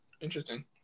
Interesting